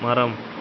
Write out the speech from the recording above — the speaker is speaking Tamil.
மரம்